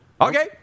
Okay